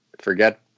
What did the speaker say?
forget